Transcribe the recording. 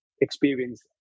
experience